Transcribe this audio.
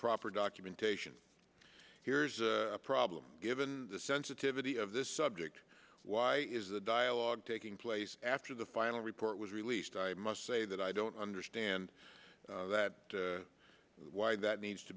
proper documentation here's a problem given the sensitivity of this subject why is the dialogue taking place after the final report was released i must say that i don't understand that why that needs to